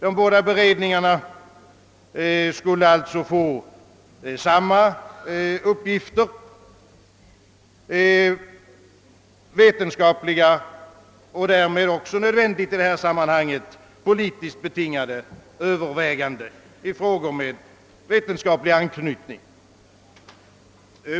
De båda beredningarna skulle alltså få samma uppgifter — i första hand vetenskapliga men också politiskt betingade överväganden i frågor med vetenskaplig anknytning.